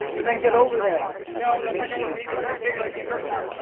and then get over there. no, that's not gonna work. we need something bigger, like a surfboard